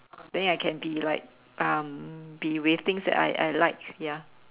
then I can be like um be with things I I like ya